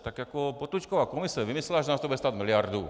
Tak jako Potůčkova komise vymyslela, že to bude stát miliardu.